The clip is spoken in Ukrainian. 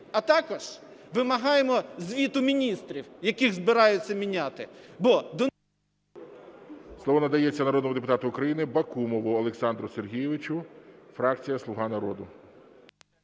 А також вимагаємо звіту міністрів, яких збираються міняти,